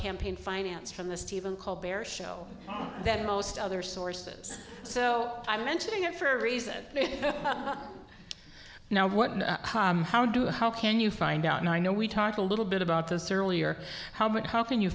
campaign finance from the stephen called bear show than most other sources so i'm mentioning it for a reason now what how do how can you find out and i know we talked a little bit about this earlier how can you